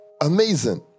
amazing